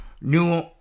New